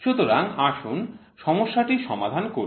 সুতরাং আসুন সমস্যাটি সমাধান করি